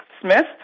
Smith